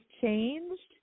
changed